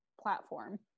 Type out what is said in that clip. platform